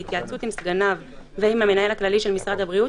בהתייעצות עם סגניו ועם המנהל הכללי של משרד הבריאות,